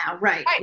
right